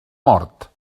mort